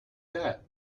that